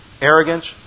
arrogance